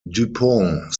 dupont